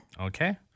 Okay